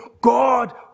God